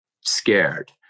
scared